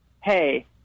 hey